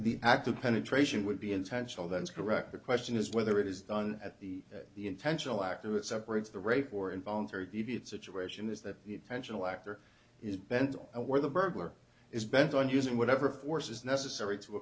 act of penetration would be intentional that is correct the question is whether it is done at the intentional act two it separates the rape or involuntary deviant situation is that the attentional actor is bent where the burglar is bent on using whatever force is necessary to